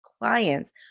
clients